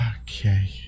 Okay